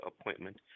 appointment